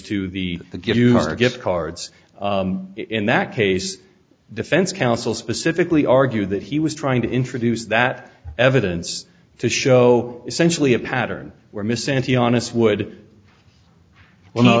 to the give you are a gift cards in that case defense counsel specifically argue that he was trying to introduce that evidence to show essentially a pattern where miss anthony honest would well no